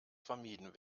vermieden